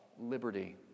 liberty